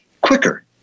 quicker